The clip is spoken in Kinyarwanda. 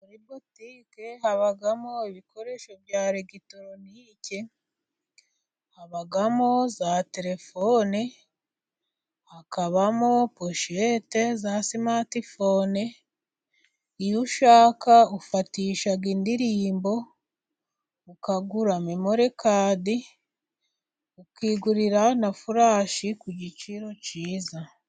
Muri butike habamo ibikoresho bya eregitoronike， habamo za terefone， hakabamo poshete za simatifone，iyo ushaka ufatisha indirimbo， ukagura memorikadi，ukigurira na furashi ku giciro cyiza.